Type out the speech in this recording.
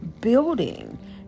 building